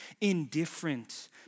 indifferent